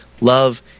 Love